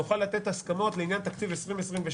נוכל לתת הסכמות לעניין תקציב 2022,